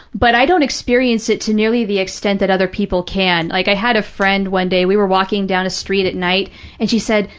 but i don't experience it to nearly the extent that other people can. like i had a friend one day, we were walking down a street at night and she said,